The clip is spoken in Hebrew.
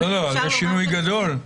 זה שינוי גדול.